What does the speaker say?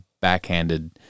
backhanded